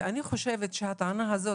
ואני חושבת שהטענה הזאת,